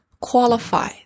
qualify